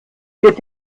wird